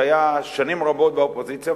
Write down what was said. שהיה שנים רבות באופוזיציה.